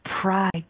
pride